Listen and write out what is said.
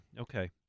Okay